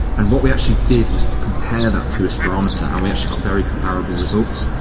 and what we actually did was to compare that to a spirometer and we actually got very comparable results,